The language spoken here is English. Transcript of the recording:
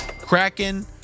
Kraken